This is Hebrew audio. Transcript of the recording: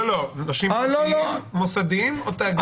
לא, לא, נושים פרטיים מוסדיים או תאגידים?